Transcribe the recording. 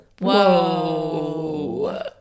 Whoa